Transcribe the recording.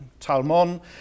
Talmon